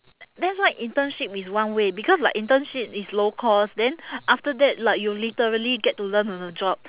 that's why internship is one way because like internship is low cost then after that like you literally get to learn on the job